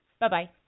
Bye-bye